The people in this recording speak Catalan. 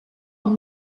amb